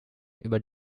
über